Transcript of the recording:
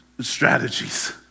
strategies